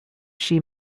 she